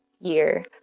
year